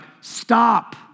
stop